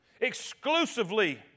Exclusively